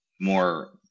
more